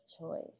choice